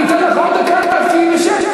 אני אתן לך עוד דקה רק תהיי בשקט.